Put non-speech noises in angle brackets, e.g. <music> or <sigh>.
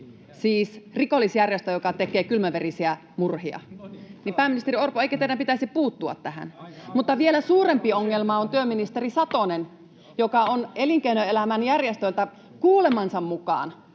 siis rikollisjärjestö, joka tekee kylmäverisiä murhia. Pääministeri Orpo, eikö teidän pitäisi puuttua tähän? Mutta vielä suurempi ongelma on työministeri Satonen, <noise> joka on elinkeinoelämän järjestöiltä kuulemansa mukaan